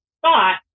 thought